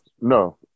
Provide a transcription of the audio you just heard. no